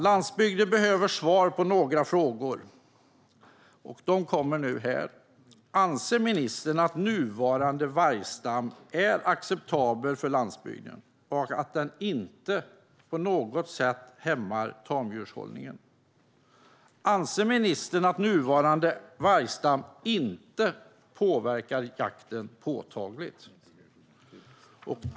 Landsbygden behöver svar på några frågor som kommer här: Anser ministern att nuvarande vargstam är acceptabel för landsbygden och att den inte på något sätt hämmar tamdjurshållningen? Anser ministern att nuvarande vargstam inte påverkar jakten påtagligt?